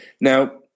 Now